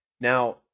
Now